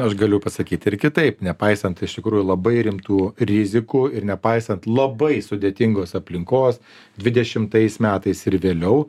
aš galiu pasakyt ir kitaip nepaisant iš tikrųjų labai rimtų rizikų ir nepaisant labai sudėtingos aplinkos dvidešimtais metais ir vėliau